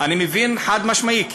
אני מבין חד-משמעית.